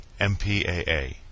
MPAA